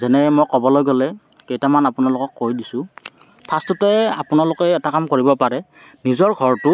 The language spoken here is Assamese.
যেনে মই ক'বলৈ গ'লে কেইটামান আপোনালোকক কৈ দিছোঁ ফাৰ্ষ্টতে আপোনালোকে এটা কাম কৰিব পাৰে নিজৰ ঘৰটো